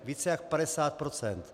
Více jak 50 %.